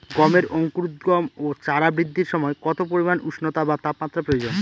গমের অঙ্কুরোদগম ও চারা বৃদ্ধির সময় কত পরিমান উষ্ণতা বা তাপমাত্রা প্রয়োজন?